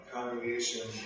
Congregation